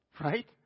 right